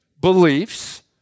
beliefs